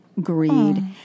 greed